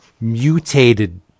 mutated